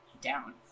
down